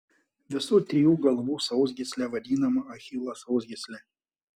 visų trijų galvų sausgyslė vadinama achilo sausgysle